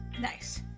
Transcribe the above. Nice